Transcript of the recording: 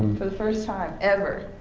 for the first time ever.